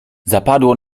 zapadło